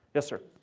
yes, sir?